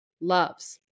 loves